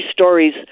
stories